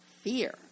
fear